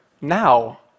now